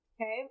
Okay